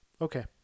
Okay